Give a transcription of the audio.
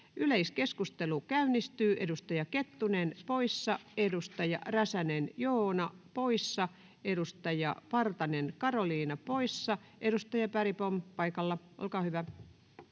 Yleiskeskustelu käynnistyy. Edustaja Kettunen poissa, edustaja Räsänen, Joona, poissa, edustaja Partanen, Karoliina, poissa. — Edustaja Bergbom paikalla, olkaa hyvä.